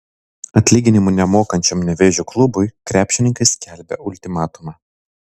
atlyginimų nemokančiam nevėžio klubui krepšininkai skelbia ultimatumą